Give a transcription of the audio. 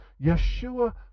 Yeshua